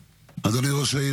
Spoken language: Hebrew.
לרשותך.